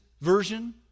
version